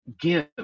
give